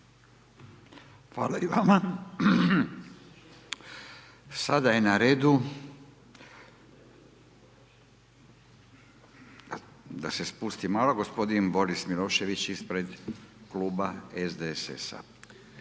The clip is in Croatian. Hvala i vama. Sada je na redu da se spustim malo, g. Boris Milošević ispred Kluba SDSS-a.